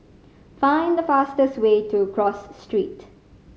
find the fastest way to Cross Street